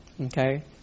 Okay